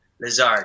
Lizard